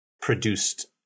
produced